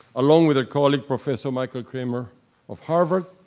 along with their colleague professor michael kremer of harvard,